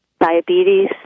diabetes